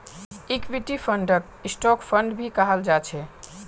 equity फंडक stock fund भी कहाल जा छे